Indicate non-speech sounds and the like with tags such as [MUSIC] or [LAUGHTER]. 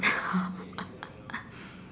[LAUGHS]